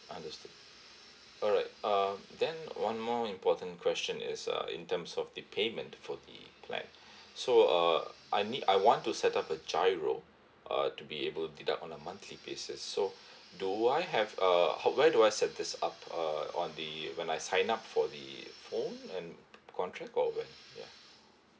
understood alright uh then one more important question is uh in terms of the payment for the plan so uh I need I want to set up a GIRO uh to be able deduct on a monthly basis so do I have uh how where do I set this up uh on the when I sign up for the phone and contract or when ya